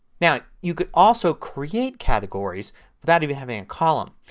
now you can also create categories without even having a column.